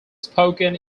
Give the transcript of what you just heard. spoken